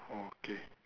oh okay